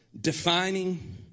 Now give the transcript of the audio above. defining